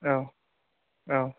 औ औ